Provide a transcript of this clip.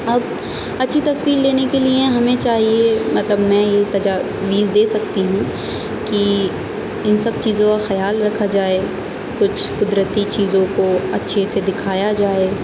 اب اچھی تصویر لینے کے لیے ہمیں چاہیے مطلب میں یہ تجاویز دے سکتی ہوں کہ ان سب چیزوں کا خیال رکھا جائے کچھ قدرتی چیزوں کو اچھے سے دکھایا جائے